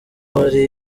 hari